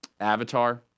Avatar